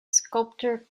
sculptor